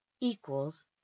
equals